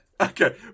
Okay